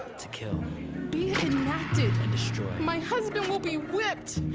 to kill be it enacted. and destroy. my husband will be whipped,